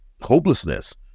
hopelessness